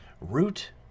root